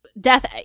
death